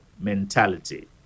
mentality